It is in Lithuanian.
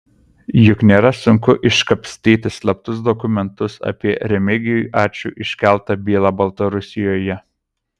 juk nėra sunku iškapstyti slaptus dokumentus apie remigijui ačui iškeltą bylą baltarusijoje